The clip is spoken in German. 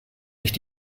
nicht